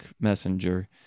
messenger